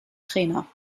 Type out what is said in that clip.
trainer